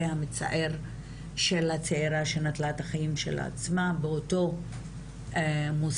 המצער של הצעירה שנטלה את החיים שלה עצמה באותו מוסד,